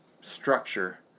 structure